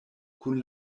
kun